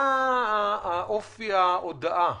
מה אופי ההודעה?